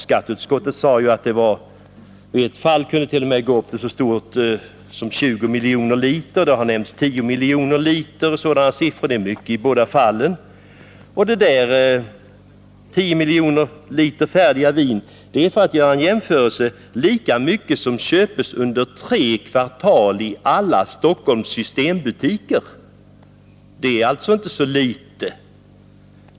Skatteutskottet sade att det i ett fall t.o.m. kunde röra sig om så mycket som 20 miljoner liter färdigt vin, och siffran 10 miljoner liter har nämnts. Det är mycket i båda fallen. För att göra en jämförelse, så är det lika mycket vin som köps i alla Stockholms systembutiker under tre kvartal; det är alltså inte så litet.